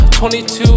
22